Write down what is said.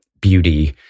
beauty